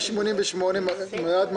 נגד,